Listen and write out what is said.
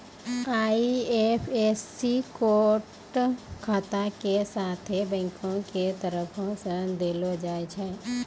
IFSC code खाता के साथे बैंको के तरफो से देलो जाय छै